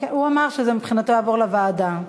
הוא אמר שמבחינתו זה יעבור לוועדה.